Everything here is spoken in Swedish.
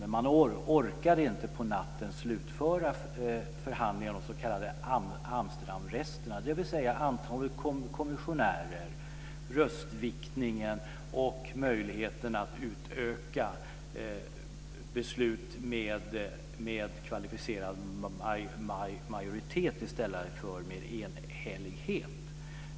Men man orkade på natten inte slutföra förhandlingarna om de s.k. Amsterdamresterna, dvs. antalet kommissionärer, röstviktningen och möjligheten att utöka antalet beslut med kvalificerad majoritet i stället för med enhällighet.